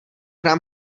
nám